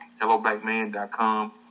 helloblackman.com